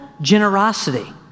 generosity